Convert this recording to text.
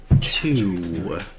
two